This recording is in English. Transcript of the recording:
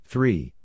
Three